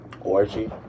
orgy